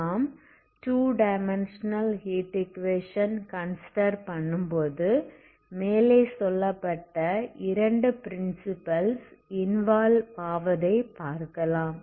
நாம் 2 dimensional heat equation consider பண்ணும்போது மேலே சொல்லப்பட்ட இரண்டு ப்ரின்சிப்பிள்ஸ் இன்வால்வ் ஆவதை பார்க்கலாம்